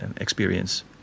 experience